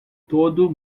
todo